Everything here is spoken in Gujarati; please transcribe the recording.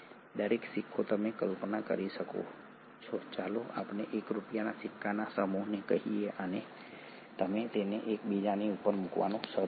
દરેક સિક્કો તમે કલ્પના કરી શકો છો ચાલો આપણે ૧ રૂપિયાના સિક્કાના સમૂહને કહીએ અને તમે તેને એક બીજાની ઉપર મૂકવાનું શરૂ કરો